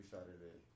Saturday